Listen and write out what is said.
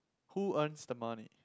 who earns the money